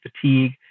fatigue